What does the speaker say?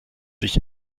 sich